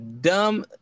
dumb